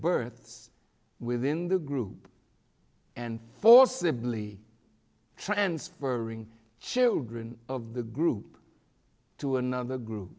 births within the group and forcibly transferring children of the group to another group